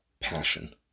Passion